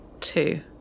two